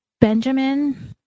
benjamin